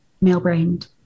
male-brained